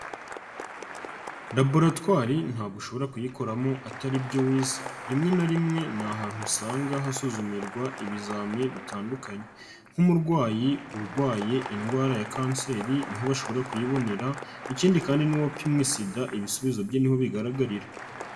Laboratwari ntabwo ushobora kuyikoramo atari byo wize, rimwe na rimwe ni ahantu usanga hasuzumirwa ibizami bitandukanye nk'umurwayi urwaye indwara ya kanseri ni ho bashobora kuyibonera, ikindi kandi n'uwapimwe Sida ibisubizo bye ni ho bigaragarira.